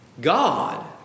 God